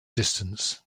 distance